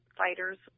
fighters